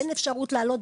אין אפשרות לעלות,